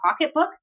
pocketbook